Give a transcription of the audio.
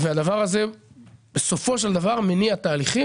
והדבר הזה בסופו של דבר מניע תהליכים,